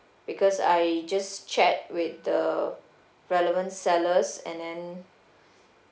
because I just chat with the relevant sellers and then